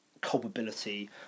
culpability